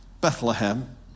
Bethlehem